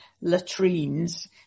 latrines